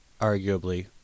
arguably